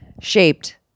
shaped